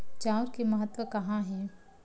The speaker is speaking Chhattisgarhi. चांउर के महत्व कहां हे?